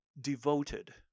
devoted